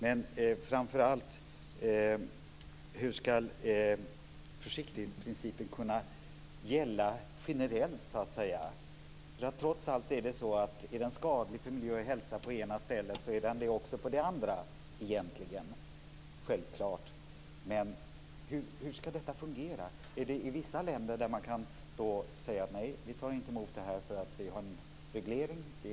Men framför allt, hur ska försiktighetsprincipen kunna gälla generellt? Trots allt är det så att är produkten skadlig för miljö och hälsa på det ena stället så är den det självklart också på det andra. Men hur ska detta fungera? I vissa länder kan man säga nej. Vi tar inte emot det här för vi har en reglering.